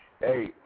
Hey